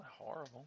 Horrible